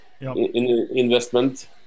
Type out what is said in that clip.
investment